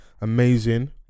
amazing